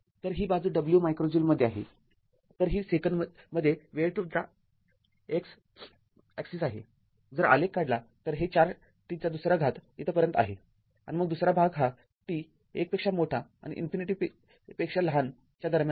तर ही बाजू W मायक्रो ज्यूलमध्ये आहे तर ही सेकंदमध्ये वेळ तुमचा x अक्ष आहे जर आलेख काढला तर हे ४t२ इथंपर्यंत आहे आणि मग दुसरा भाग हा t १ पेक्षा मोठा आणि इन्फिनिटीपेक्षा लहानच्या दरम्यान आहे